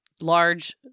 large